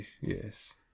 yes